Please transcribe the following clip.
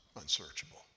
unsearchable